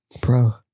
Bro